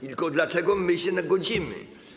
Tylko dlaczego my się godzimy?